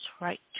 right